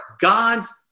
God's